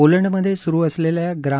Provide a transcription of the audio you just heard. पोलंडमधे स्रु असलेल्या ग्रां